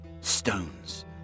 Stones